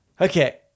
Okay